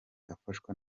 afashwa